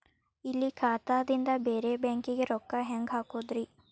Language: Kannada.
ಇಲ್ಲಿ ಖಾತಾದಿಂದ ಬೇರೆ ಬ್ಯಾಂಕಿಗೆ ರೊಕ್ಕ ಹೆಂಗ್ ಹಾಕೋದ್ರಿ?